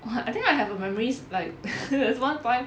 !wah! I think I have on my wrist like there's one point